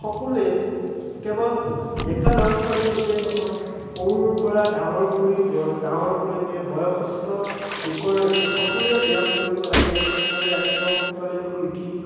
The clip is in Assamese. সকলোৱে কেৱল ডেকা ল'ৰা ছোৱালী বুলিয়েই নহয় সৰুৰ পৰা ডাঙৰ কৰি ডাঙৰলৈকে বয়সস্থ লোকৰলৈকে সকলোৱে ব্যায়াম কৰিব লাগে সকলোৱে ৰাতিপুৱা সোনকালে শুই উঠি